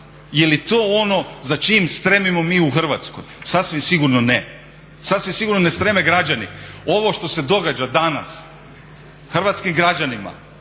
Jeli to ono za čim mi stremimo u Hrvatskoj? Sasvim sigurno ne. Sasvim sigurno ne streme građani. Ovo što se događa danas hrvatskim građanima